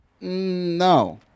No